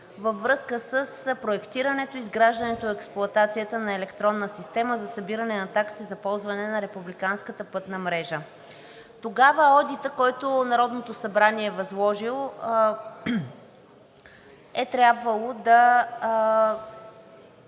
във връзка с проектирането, изграждането и експлоатацията на електронна система за събиране на такси за ползване на републиканската пътна мрежа. Тогава одитът, който Народното събрание е възложил, е трябвало да